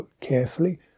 carefully